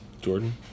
Jordan